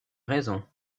raison